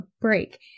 break